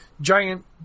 giant